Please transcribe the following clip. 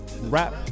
rap